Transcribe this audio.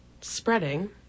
spreading